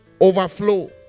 overflow